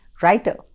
Writer